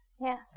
Yes